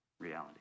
reality